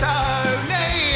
Tony